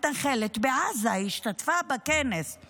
רצח, אז המשפחה לוקחת על עצמה את האחריות ומשלמת